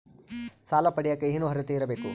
ಸಾಲ ಪಡಿಯಕ ಏನು ಅರ್ಹತೆ ಇರಬೇಕು?